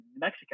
Mexico